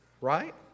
Right